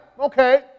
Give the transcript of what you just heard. Okay